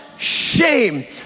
Shame